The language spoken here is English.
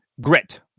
Grit